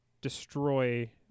destroy